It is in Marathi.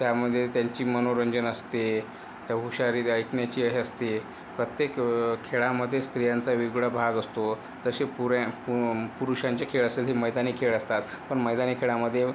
त्यामध्ये त्यांचे मनोरंजन असते त्या हुशारी ऐकण्याची हे असते प्रत्येक खेळामध्ये स्त्रियांचा वेगवेगळा भाग असतो तसे पुरे पुरुषांचे खेळ असेल हे मैदानी खेळ असतात पण मैदानी खेळामध्ये